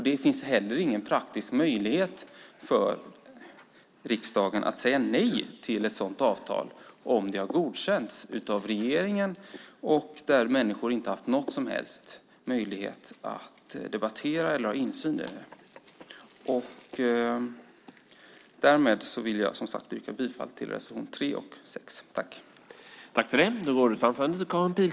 Det finns inte heller någon praktisk möjlighet för riksdagen att säga nej till ett sådant avtal om det har godkänts av regeringen och människor inte har haft någon som helst möjlighet att debattera eller få insyn. Därmed vill jag, som sagt, yrka bifall till reservationerna 3 och 6.